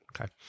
Okay